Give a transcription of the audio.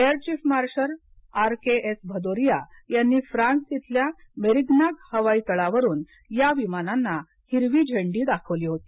air chief marshal R K S Bhadauria यांनी France इथल्या Merignac हवाई तळावरून या विमानांना हिरवी झेंडी दाखवली होती